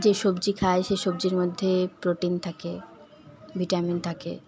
যে সবজি খাই সেই সবজির মধ্যে প্রোটিন থাকে ভিটামিন থাকে